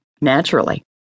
naturally